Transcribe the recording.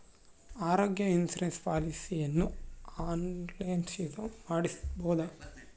ಆರೋಗ್ಯ ಇನ್ಸುರೆನ್ಸ್ ಪಾಲಿಸಿಯನ್ನು ಆನ್ಲೈನಿನಾಗ ಮಾಡಿಸ್ಬೋದ?